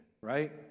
right